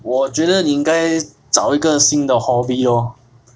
我觉得你应该找一个新的 hobby lor